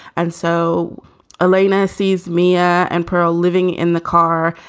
and so olina sees mia and pearl living in the car.